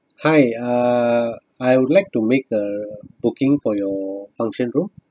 hi uh I would like to make a booking for your function room